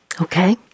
Okay